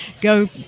go